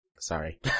Sorry